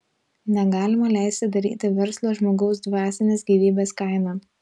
negalima leisti daryti verslo žmogaus dvasinės gyvybės kaina